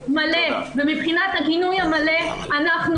יש כאן גינוי מלא ומבחינת הגינוי המלא אנחנו